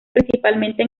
principalmente